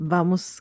Vamos